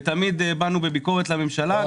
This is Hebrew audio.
ותמיד באנו בביקורת לממשלה,